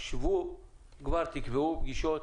שבו על הנוסח, תקבעו כבר פגישות,